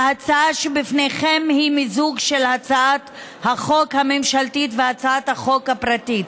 ההצעה שלפניכם היא מיזוג של הצעת החוק הממשלתית והצעת החוק הפרטית.